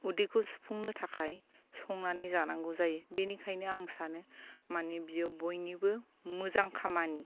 उदैखौ सुफुंनो थाखाय संनानै जानांगौ जायो बेनिखायनो आं सानो माने बेयो बयनिबो मोजां खामानि